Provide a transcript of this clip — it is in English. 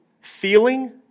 feeling